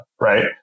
right